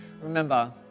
Remember